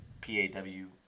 P-A-W